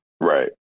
Right